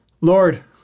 Lord